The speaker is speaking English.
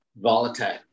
volatile